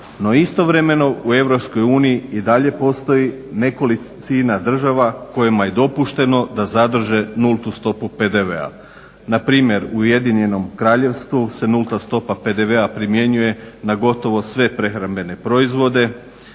no istovremeno u EU i dalje postoji nekolicina država kojima je dopušteno da zadrže nultu stopu PDV-a. npr. u Ujedinjenom Kraljevstvu se nulta stopa PDV-a primjenjuje na gotovo sve prehrambene proizvode,